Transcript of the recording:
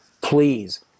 please